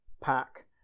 pack